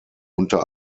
unter